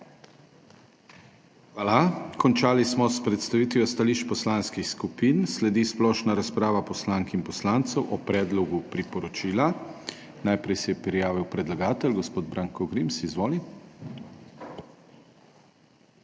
Hvala. Končali smo s predstavitvijo stališč poslanskih skupin. Sledi splošna razprava poslank in poslancev o predlogu priporočila. Najprej se je prijavil predlagatelj, gospod Branko Grims. Izvoli. **MAG.